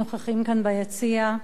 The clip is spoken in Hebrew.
הנוכחים כאן ביציע.